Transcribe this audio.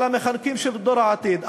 על המחנכים של דור העתיד.